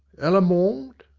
allemand?